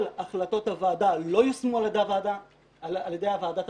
כל החלטות הוועדה לא יושמו על ידי ועדת הבחינות.